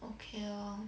okay orh